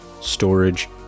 storage